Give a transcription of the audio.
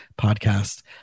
podcast